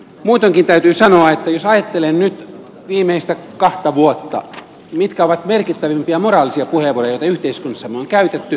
muutoinkin täytyy sanoa että jos ajattelen nyt viimeistä kahta vuotta mitkä ovat merkittävimpiä moraalisia puheenvuoroja joita yhteiskunnassamme on käytetty